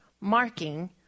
marking